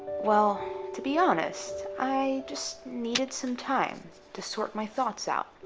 well, to be honest, i just needed some time to sort my thoughts out.